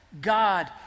God